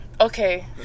Okay